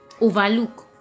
overlook